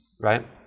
right